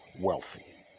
wealthy